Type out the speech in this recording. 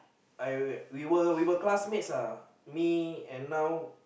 I we were we were classmates ah me and now